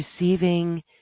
receiving